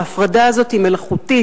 ההפרדה הזאת היא מלאכותית,